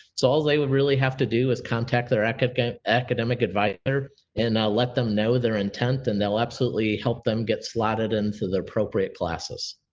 so all they would really have to do is contact their kind of academic advisor and let them know their intent and they'll absolutely help them get slotted into the appropriate classes.